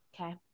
Okay